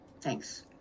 thanks